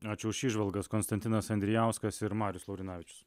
ačiū už įžvalgas konstantinas andrijauskas ir marius laurinavičius